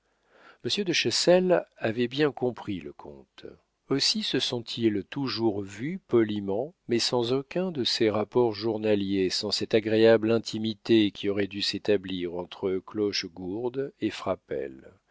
monsieur de chessel avait bien compris le comte aussi se sont-ils toujours vus poliment mais sans aucun de ces rapports journaliers sans cette agréable intimité qui aurait dû s'établir entre clochegourde et frapesle